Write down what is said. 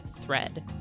thread